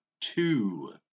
two